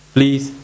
Please